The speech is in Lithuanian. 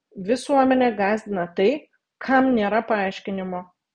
visuomenę gąsdina tai kam nėra paaiškinimo